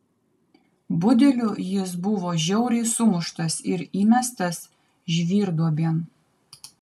budelių jis buvo žiauriai sumuštas ir įmestas žvyrduobėn